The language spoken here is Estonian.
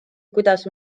kuidas